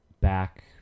back